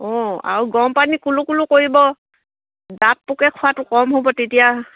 অঁ আৰু গৰম পানী কুলো কুলো কৰিব দাঁত পোকে খোৱাটো কম হ'ব তেতিয়া